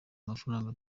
amafaranga